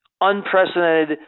unprecedented